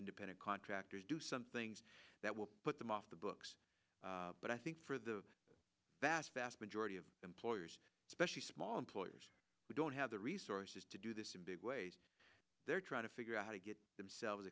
independent contractors do some things that will put them off the books but i think for the vast vast majority of employers especially small employers who don't have the resources to do this in big ways they're trying to figure out how to get themselves